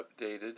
updated